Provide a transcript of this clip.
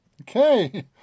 Okay